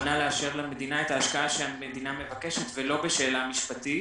מוכנה לאשר למדינה את ההשקעה שהמדינה מבקשת ולא בשאלה משפטית.